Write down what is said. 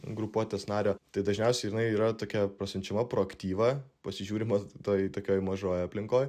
grupuotės nario tai dažniausiai jinai yra tokia prasiunčiama pro aktyvą pasižiūrima toj tokioj mažoj aplinkoj